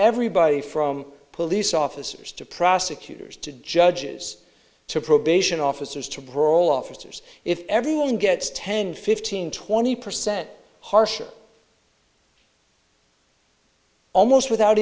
everybody from police officers to prosecutors to judges to probation officers to brawl officers if everyone gets ten fifteen twenty percent harsher almost without